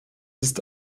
ist